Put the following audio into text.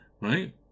right